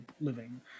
living